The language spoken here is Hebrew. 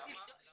צריך להיות